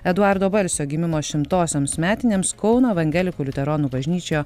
eduardo balsio gimimo šimtosioms metinėms kauno evangelikų liuteronų bažnyčioje